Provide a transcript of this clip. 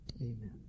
Amen